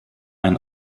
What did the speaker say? ein